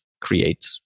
create